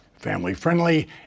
family-friendly